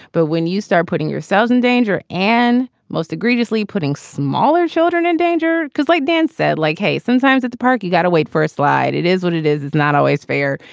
but when you start putting yourselves in danger and most egregiously, putting smaller children in danger, because like dan said, like, hey, sometimes at the park, you gotta wait for a slide. it is what it is. it's not always fair.